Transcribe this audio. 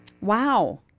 Wow